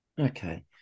Okay